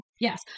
Yes